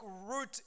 root